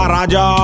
Raja